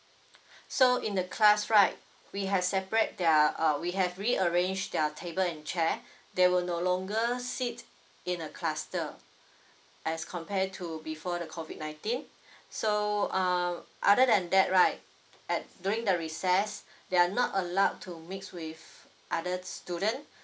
so in the class right we have separate their uh we have rearranged their table and chair they will no longer seat in a cluster as compared to before the COVID nineteen so um other than that right at during the recess they're not allowed to mix with other student